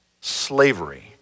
Slavery